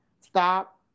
Stop